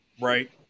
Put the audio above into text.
right